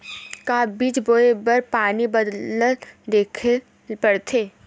का बीज बोय बर पानी बादल देखेला पड़थे?